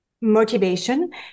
motivation